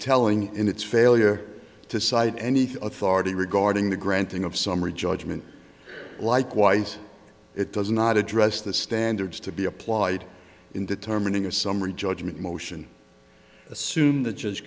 telling in its failure to cite anything authority regarding the granting of summary judgment likewise it does not address the standards to be applied in determining a summary judgment motion assume the judge